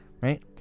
right